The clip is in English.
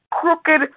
crooked